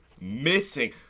missing